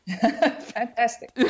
Fantastic